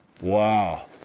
Wow